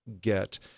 get